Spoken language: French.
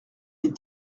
les